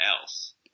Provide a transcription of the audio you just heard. else